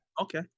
Okay